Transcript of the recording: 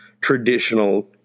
traditional